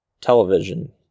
television